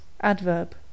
adverb